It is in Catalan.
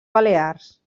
balears